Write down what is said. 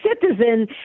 citizen